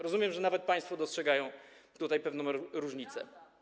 Rozumiem, że nawet państwo dostrzegają tutaj pewną różnicę.